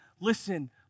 listen